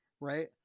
Right